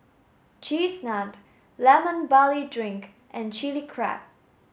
Cheese Naan lemon barley drink and chili crab